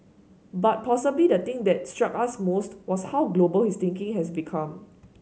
but possibly the thing that struck us most was how global his thinking has become